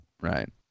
Right